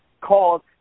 called